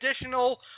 additional